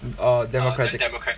uh democratic